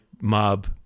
mob